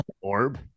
orb